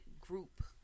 group